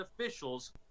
officials